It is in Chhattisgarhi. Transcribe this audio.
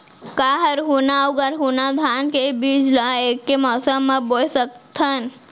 का हरहुना अऊ गरहुना धान के बीज ला ऐके मौसम मा बोए सकथन?